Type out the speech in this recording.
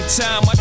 time